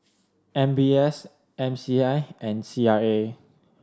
M B S M C I and C R A